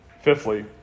Fifthly